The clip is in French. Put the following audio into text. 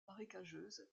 marécageuse